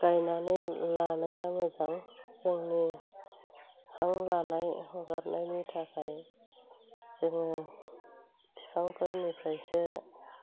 गायनानै लानाया मोजां जोंनि हां लानाय हगारनायनि थाखाय जोङो बिफांफोरनिफ्रायसो